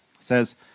says